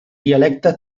dialecte